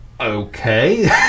Okay